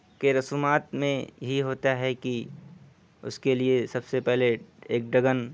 کے رسومات میں یہ ہوتا ہے کہ اس کے لیے سب سے پہلے ایک ڈگن